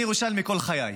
אני ירושלמי כל חיי.